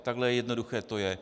Takhle jednoduché to je.